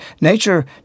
Nature